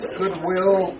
goodwill